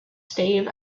stave